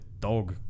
dog